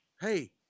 Hey